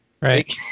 Right